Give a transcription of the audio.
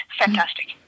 fantastic